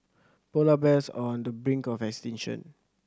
polar bears are on the brink of extinction